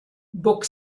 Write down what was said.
book